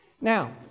Now